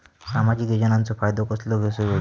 सामाजिक योजनांचो फायदो कसो घेवचो?